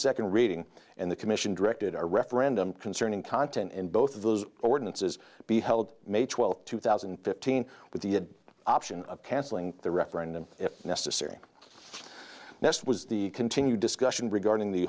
second reading and the commission directed our referendum concerning content and both of those ordinances be held may twelfth two thousand and fifteen with the option of cancelling the referendum if necessary next was the continued discussion regarding the